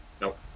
nope